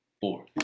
Four